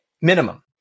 minimum